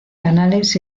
canales